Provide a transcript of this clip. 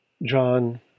John